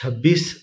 छब्बीस